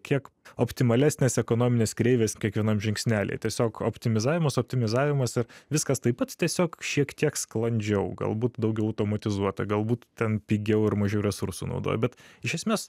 kiek optimalesnės ekonominės kreivės kiekvienam žingsnely tiesiog optimizavimas optimizavimas ir viskas taip pat tiesiog šiek tiek sklandžiau galbūt daugiau automatizuota galbūt ten pigiau ir mažiau resursų naudoja bet iš esmės